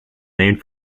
named